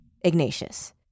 Ignatius